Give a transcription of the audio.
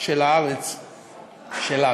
של הארץ שלנו.